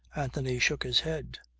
anthony shook his head.